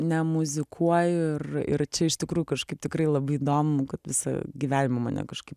nemuzikuoju ir ir čia iš tikrųjų kažkaip tikrai labai įdomu kad visą gyvenimą mane kažkaip